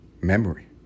memory